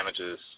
damages